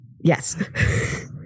Yes